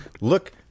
Look